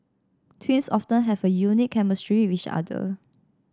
twins often have a unique chemistry with each other